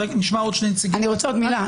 אני רוצה מילה.